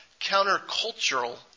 countercultural